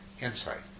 insight